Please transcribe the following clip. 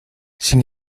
sin